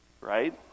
right